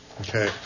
Okay